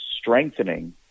strengthening